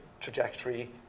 trajectory